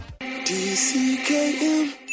DCKM